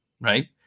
right